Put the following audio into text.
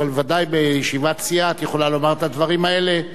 אבל בוודאי בישיבת סיעה את יכולה לומר את הדברים האלה,